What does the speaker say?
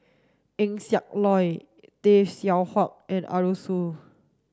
Eng Siak Loy Tay Seow Huah and Arasu